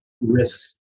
risks